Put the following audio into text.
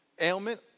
ailment